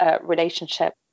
relationship